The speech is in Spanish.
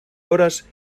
horas